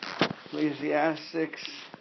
Ecclesiastics